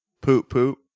poop-poop